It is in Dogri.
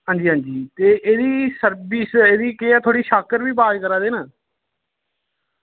ते एह्दी सर्विस केह् ऐ एह्दी शाकर्स बी आवाज़ करा दे न